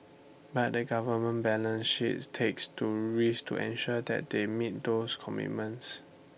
but the government balance sheet takes to risk to ensure that they meet those commitments